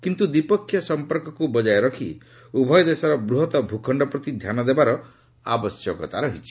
ଏଣୁ ଦ୍ୱିପକ୍ଷୀୟ ସମ୍ପର୍କକୁ ବଜାୟ ରଖି ଉଭୟ ଦେଶର ବୃହତ୍ତ ଭୂଖଣ୍ଡ ପ୍ରତି ଧ୍ୟାନ ଦେବାର ଆବଶ୍ୟକତା ରହିଛି